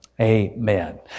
Amen